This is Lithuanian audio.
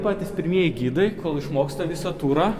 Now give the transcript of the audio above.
patys pirmieji gidai kol išmoksta visą turą